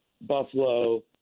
Buffalo